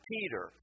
Peter